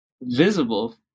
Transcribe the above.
visible